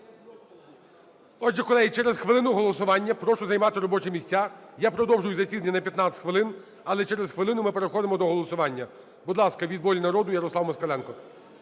Отже, колеги, через хвилину голосування, прошу займати робочі місця. Я продовжую засідання на 15 хвилин. Але через хвилину ми переходимо до голосування. Будь ласка, від "Волі народу" Ярослав Москаленко.